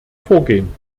vorgehen